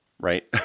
Right